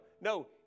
no